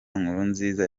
nkurunziza